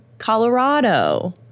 Colorado